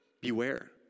Beware